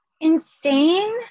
Insane